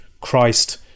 Christ